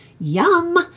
Yum